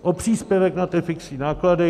O příspěvek na ty fixní náklady.